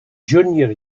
junior